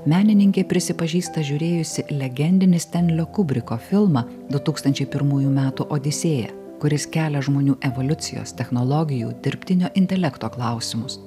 menininkė prisipažįsta žiūrėjusi legendinį stenlio kubriko filmą du tūkstančiai pirmųjų metų odisėja kuris kelia žmonių evoliucijos technologijų dirbtinio intelekto klausimus